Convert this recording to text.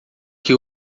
que